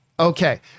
Okay